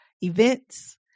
events